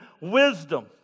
wisdom